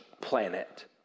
planet